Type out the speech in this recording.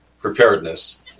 preparedness